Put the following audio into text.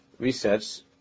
Resets